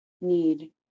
need